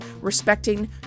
respecting